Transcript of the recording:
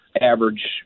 average